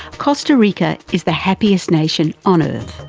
costa rica is the happiest nation on earth.